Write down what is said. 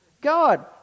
God